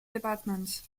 departments